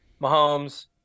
Mahomes